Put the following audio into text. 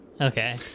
Okay